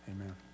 amen